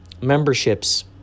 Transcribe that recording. memberships